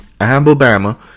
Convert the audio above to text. Alabama